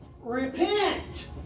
repent